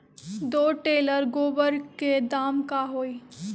दो टेलर गोबर के दाम का होई?